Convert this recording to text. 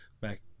back